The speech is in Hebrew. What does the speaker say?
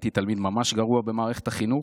הייתי תלמיד ממש גרוע במערכת החינוך.